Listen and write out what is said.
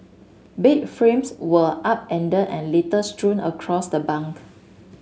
bed frames were upend and litter strewn across the bunk